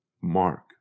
Mark